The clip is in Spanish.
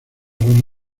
los